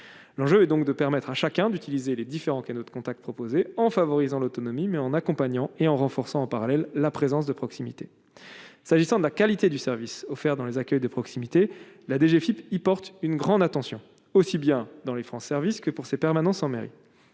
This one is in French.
l'enjeu est donc de permettre à chacun d'utiliser les différents canaux de contact proposé en favorisant l'autonomie mais en accompagnant et en renforçant en parallèle la présence de proximité s'agissant de la qualité du service offert dans les accueils de proximité, la DGFIP, il porte une grande attention aussi bien dans les francs service que pour ses permanences en mairie,